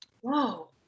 whoa